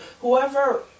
whoever